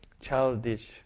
childish